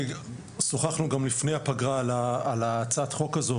שוחחנו לפני הפגרה על הצעת החוק הזו,